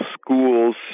schools